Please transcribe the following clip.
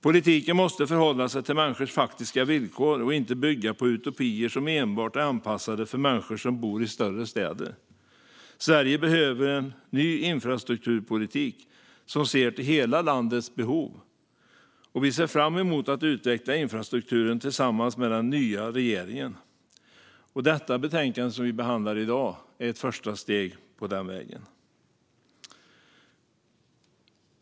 Politiken måste förhålla sig till människors faktiska villkor och inte bygga på utopier som enbart är anpassade för människor som bor i större städer. Sverige behöver en ny infrastrukturpolitik som ser till hela landets behov. Vi ser fram emot att utveckla infrastrukturen tillsammans med den nya regeringen. Detta betänkande, som vi behandlar i dag, är ett första steg på den vägen.